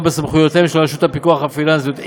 ובסמכויותיהן של רשויות הפיקוח הפיננסיות.